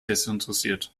desinteressiert